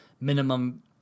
minimum